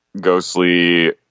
ghostly